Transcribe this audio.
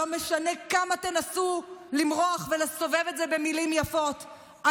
לא משנה כמה תנסו ולמרוח ולסובב את זה במילים יפות,